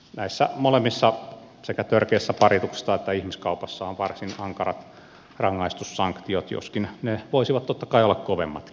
näissä molemmissa sekä törkeässä parituksessa että ihmiskaupassa on varsin ankarat rangaistussanktiot joskin ne voisivat totta kai olla kovemmatkin